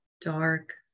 dark